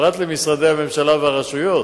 פרט למשרדי הממשלה והרשויות,